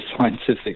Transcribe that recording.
scientific